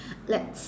let's